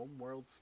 Homeworlds